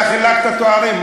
אתה חילקת תארים,